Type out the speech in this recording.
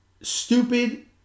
stupid